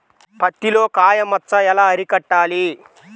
పత్తిలో కాయ మచ్చ ఎలా అరికట్టాలి?